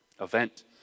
event